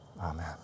Amen